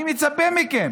אני מצפה מכם